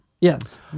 Yes